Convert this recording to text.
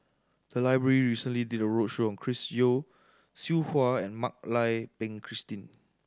the library recently did a roadshow on Chris Yeo Siew Hua and Mak Lai Peng Christine